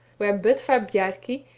where bodvar bjarki,